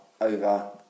over